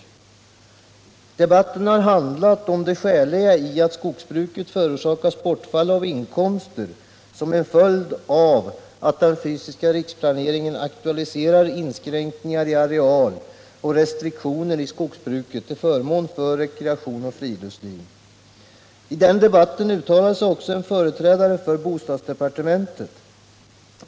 Debatten har handlat om det skäliga i att skogsbruket förlorar inkomster som en följd av att den fysiska riksplaneringen aktualiserar inskränkningar i areal och restriktioner i skogsbruket till förmån för rekreation och friluftsliv. I den debatten uttalade sig också en företrädare för bostadsdepartementet.